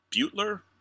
Butler